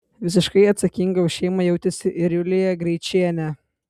visiškai atsakinga už šeimą jautėsi ir julija greičienė